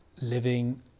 living